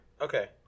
Okay